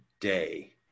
day